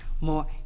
More